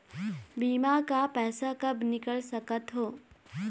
बीमा का पैसा कब निकाल सकत हो?